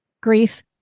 Grief